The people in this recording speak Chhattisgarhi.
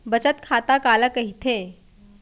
बचत खाता काला कहिथे?